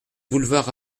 boulevard